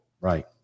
Right